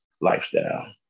lifestyle